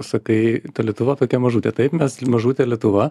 sakai ta lietuva tokia mažutė taip mes mažutė lietuva